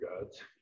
gods